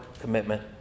commitment